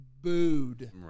booed